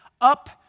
up